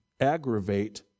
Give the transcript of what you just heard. aggravate